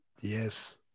Yes